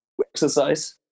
exercise